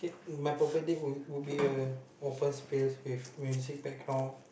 my perfect date would would be a open space with music background